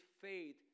faith